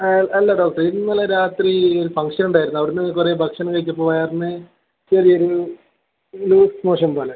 ആ അല്ല ഡോക്ടറെ ഇന്നലെ രാത്രി ഫംഗ്ഷൻ ഉണ്ടായിരുന്നു അവിടെ നിന്ന് കുറേ ഭക്ഷണം കഴിച്ചപ്പോൾ വയറിന് ചെറിയ ഒരു ലൂസ് മോഷൻ പോലെ